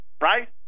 right